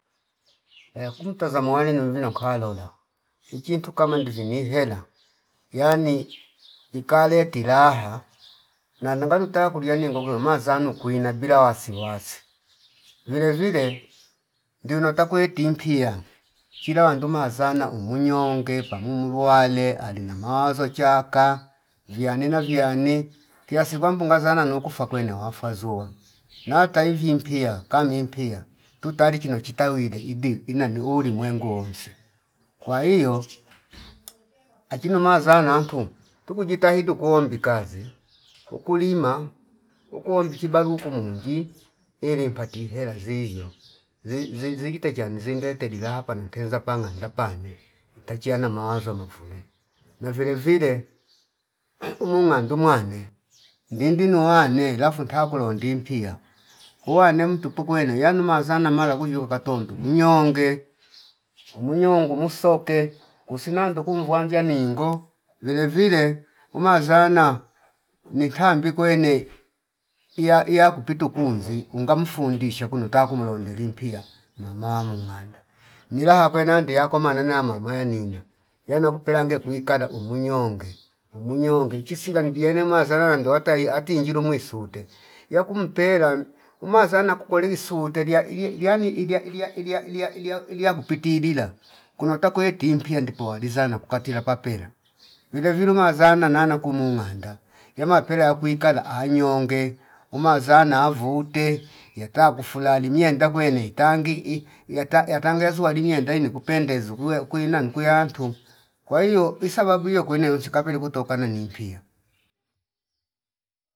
Eya kumtazama wale nonvina nkhalola kichintu kama ndivini hela yani ikaleti laha nano ngana taya kuliya ningo gongoloma zanu kwina bila wasiwasi vile ndiwino takwe timpiya chilawa nduma asana umwinyo ngepa mumu lu wale ali na mwazo chaka viyanena viyani kiasi kwamba ungazana nokufa kwene wafwa zuwa nata ivi mpiya kani impiya tutali chino chita wile ide ina nuo limwengo wonsi kwa hiyo achino mazana nantu tuku jitahdi kuombi kazi ukulima ukuombi chibalu mungi ili mpati hela zizyo zi- zi- ziketa chanzi ndetelila pana tenza panganda pane itachiyana mawazo novule na vile vile umu ngandu mwane ndindi nuwa lafu ntakulo ndi mpiya uwane mtupu kwene yanu mazana mala kuzshiloka tondo mnyonge umunyo ngumu soke kusina ndokumvuwa nja ningo vile vile umazana nikambi kwene iya- iya kupitu kunzi unga mfundisha kwino ta kumulonde limpiya mama mwemanda nila akwe nandi yako maneno yamama yanina yano mpelange kwikala umwi nyonge umwi nyonge nchisi kari piyene mazara langi wata iyati njilu mwisute yaku mpela umazana kukoli sute teria iyani ilia- ilia- ilia- ilia- ilia kupitilila kuno takwe kimpia ndipo waliza nakukatila papela vile mazana nana kumuu manda jama pela yakui kala aiinyonge umazana avute yata kufu lali miyenda kwene tangi yata- yatangele zuwa linye mbenu ikupendezu kuwe ukwi nanu kuyantu kwa hio isababu iyo kwene wonchi kapilru kutokana nimpiya